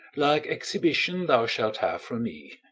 like exhibition thou shalt have from me.